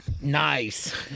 Nice